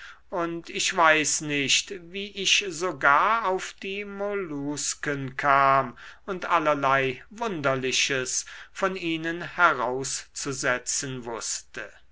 und ich weiß nicht wie ich sogar auf die mollusken kam und allerlei wunderliches von ihnen herauszusetzen wußte